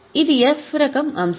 ఇది ఎఫ్ రకం అంశం